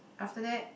after that